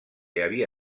havia